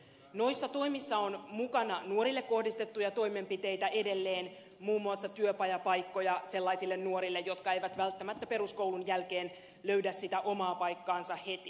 noissa toimissa on mukana nuorille kohdistettuja toimenpiteitä edelleen muun muassa työpajapaikkoja sellaisille nuorille jotka eivät välttämättä peruskoulun jälkeen löydä sitä omaa paikkaansa heti